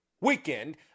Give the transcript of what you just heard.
weekend